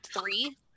three